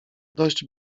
dość